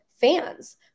fans